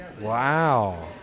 Wow